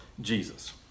jesus